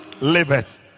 liveth